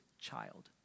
child